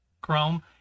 Chrome